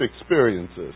experiences